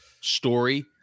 story